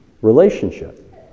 relationship